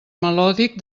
melòdic